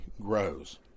grows